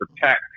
protect